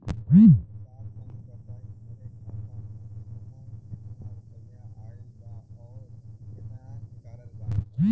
ए साहब तनि बताई हमरे खाता मे कितना केतना रुपया आईल बा अउर कितना निकलल बा?